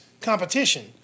competition